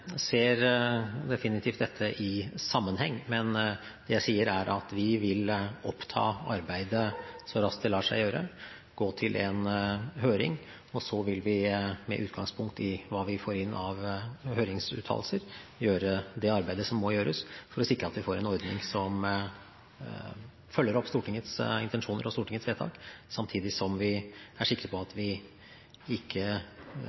sier, er at vi vil oppta arbeidet så raskt det lar seg gjøre, og gå til en høring. Så vil vi med utgangspunkt i hva vi får inn av høringsuttalelser, gjøre det arbeidet som må gjøres for å sikre at vi får en ordning som følger opp Stortingets intensjoner og Stortingets vedtak, samtidig som vi er sikre på at vi ikke